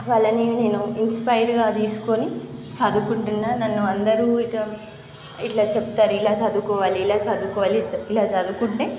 వాళ్ళని నేను ఇన్స్పైర్గా తీసుకోని చదువుకుంటున్నాను నన్ను అందరూ ఇట్లా ఇట్లా చెప్తారు ఇలా చదువుకోవాలి ఇలా చదువుకోవాలి ఇలా చదువుకుంటే